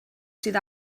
sydd